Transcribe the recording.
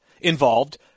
involved